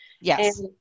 Yes